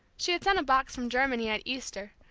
she had sent a box from germany at easter,